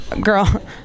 girl